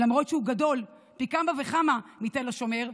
למרות שהוא גדול פי כמה וכמה מתל השומר,